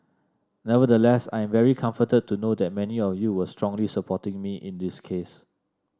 nevertheless I am very comforted to know that many of you were strongly supporting me in this case